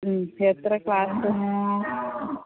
മ് എത്ര ക്ലാസ്